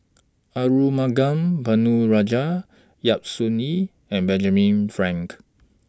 Arumugam Ponnu Rajah Yap Su Yin and Benjamin Frank